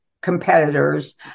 competitors